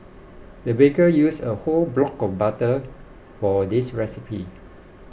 the baker used a whole block of butter for this recipe